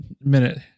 minute